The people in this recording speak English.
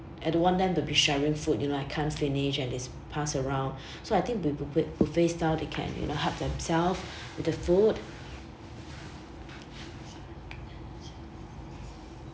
I don't want them to be sharing food you know I can't finish and this pass around so I think bu~ bu~ bu~ buffet style they can you know help themselves with the food